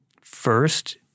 First